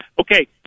Okay